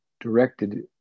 directed